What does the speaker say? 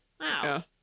Wow